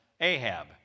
Ahab